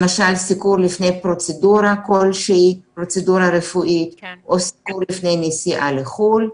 למשל סיקור לפני פרוצדורה רפואית כלשהי או סיקור לפני נסיעה לחו"ל,